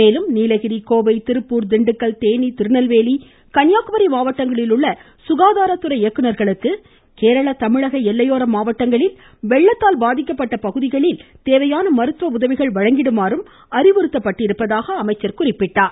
மேலும் நீலகிரி கோவை திருப்பூர் திண்டுக்கல் தேனி திருநெல்வேலி கன்னியாகுமரி மாவட்டங்களிலுள்ள சுகாதாரத் துறை இயக்குநர்களுக்கு கேரள தமிழக எல்லையோர மாவட்டங்களில் வெள்ளத்தால் பாதிக்கப்பட்ட பகுதிகளுக்கு தேவையான மருத்துவ உதவிகள் வழங்கிடுமாறும் அறிவுறுத்தப்பட்டிருப்பதாகவும் அவர் குறிப்பிட்டார்